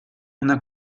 una